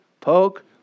poke